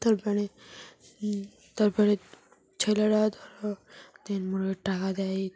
তার পরে তার পরে ছেলেরা ধরো তিন টাকা দেয়